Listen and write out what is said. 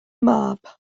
mab